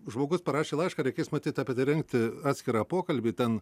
žmogus parašė laišką reikės matyt apie tai rengti atskirą pokalbį ten